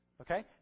Okay